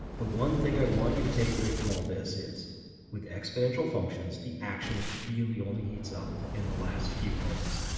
the one thing i want you take away from all this is with exponential functions, the action really only heats up in the last few moments.